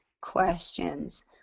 questions